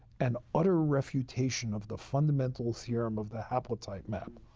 an utter refutation of the fundamental theorem of the haplotype map.